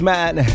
Man